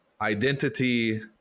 identity